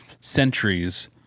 centuries